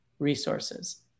resources